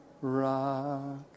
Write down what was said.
rock